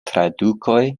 tradukoj